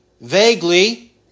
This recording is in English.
vaguely